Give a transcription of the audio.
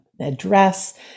address